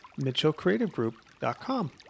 mitchellcreativegroup.com